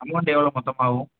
amount எவ்வளோ மொத்தமாக ஆகும்